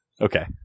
okay